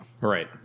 Right